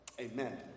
amen